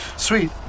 Sweet